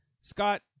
scott